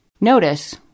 Notice